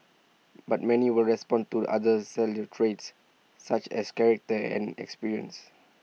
but many will respond to other salient traits such as character and experience